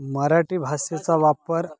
मराठी भाषेचा वापर